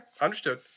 Understood